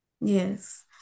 yes